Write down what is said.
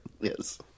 Yes